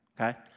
okay